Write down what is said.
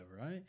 right